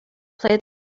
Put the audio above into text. play